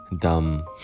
dumb